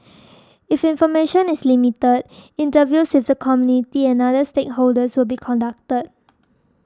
if information is limited interviews with the community and other stakeholders will be conducted